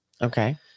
Okay